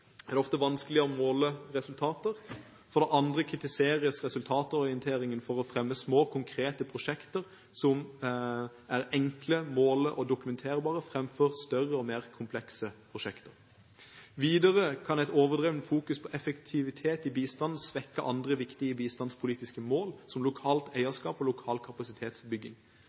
er det ofte vanskelig å måle resultater. For det andre kritiseres resultatorienteringen for å fremme små, konkrete prosjekter som er enkle å måle – og dokumenterbare – framfor større og mer komplekse prosjekter. Videre kan et overdrevent fokus på effektivitet i bistand svekke andre viktige bistandspolitiske mål, som lokalt eierskap og lokal kapasitetsbygging.